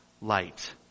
light